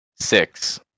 six